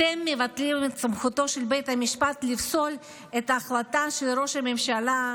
אתם מבטלים את סמכותו של בית המשפט לפסול את ההחלטה של ראש הממשלה,